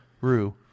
Rue